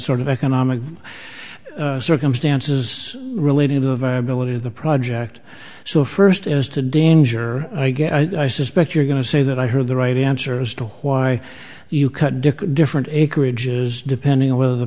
sort of economic circumstances relating to the viability of the project so first as to danger i get i suspect you're going to say that i heard the right answer as to why you cut dick different acreage is depending on whether the